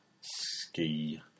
ski